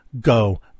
go